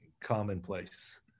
commonplace